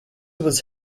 was